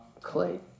clay